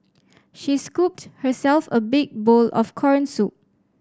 she scooped herself a big bowl of corn soup